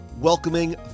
welcoming